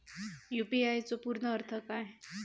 UPI चो पूर्ण अर्थ काय?